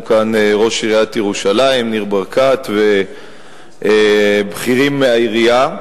כאן ראש עיריית ירושלים ניר ברקת ובכירים מהעירייה.